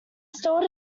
stored